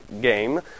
game